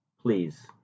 please